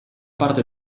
parte